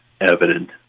evident